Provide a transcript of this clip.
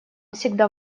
всегда